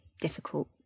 difficult